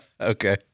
okay